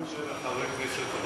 זו האיכות של חברי הכנסת.